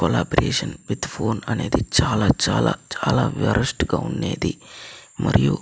collaboration with phone అనేది చాలా చాలా చాలా వరెస్ట్గా ఉండేది మరియు